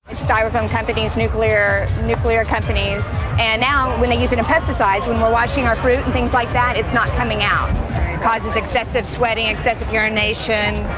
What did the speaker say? styrofoam companies, nuclear nuclear companies. and now, when they use it in pesticides, when we're washing our fruit and things like that, it's not coming out. it causes excessive sweating. excessive urination.